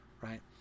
right